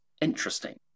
interesting